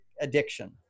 addiction